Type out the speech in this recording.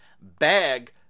Bag